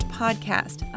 podcast